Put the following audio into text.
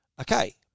Okay